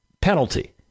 penalty